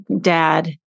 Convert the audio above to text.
dad